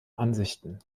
ansichten